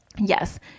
Yes